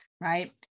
right